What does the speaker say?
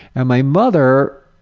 and my mother,